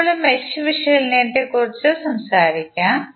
ഇപ്പോൾ മെഷ് വിശകലനത്തെക്കുറിച്ച് സംസാരിക്കാം